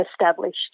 established